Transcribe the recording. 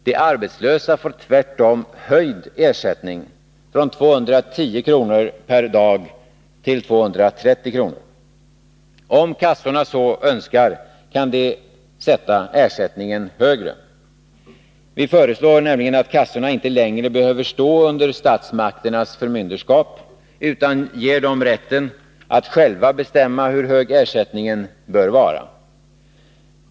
De arbetslösa får tvärtom höjd ersättning, från 210 kr. per dag till 230 kr. Om kassorna så önskar kan de sätta ersättningen ännu högre. Vi föreslår nämligen att kassorna inte längre behöver stå under statsmakternas förmynderskap utan ger dem rätten att själva bestämma hur hög ersättningen bör vara.